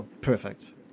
Perfect